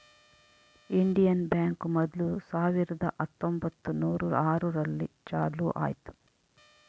Indian bank ಮೊದ್ಲು ಸಾವಿರದ ಹತ್ತೊಂಬತ್ತುನೂರು ಆರು ರಲ್ಲಿ ಚಾಲೂ ಆಯ್ತು